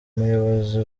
ubuyobozi